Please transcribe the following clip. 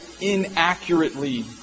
inaccurately